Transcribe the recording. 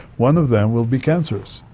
one of them will be cancerous,